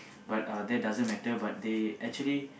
but uh they doesn't matter but they actually